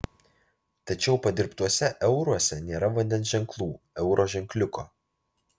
tačiau padirbtuose euruose nėra vandens ženklų euro ženkliuko